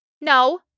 no